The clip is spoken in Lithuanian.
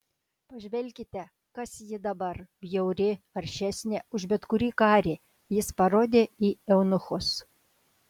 pažvelkite kas ji dabar bjauri aršesnė už bet kurį karį jis parodė į eunuchus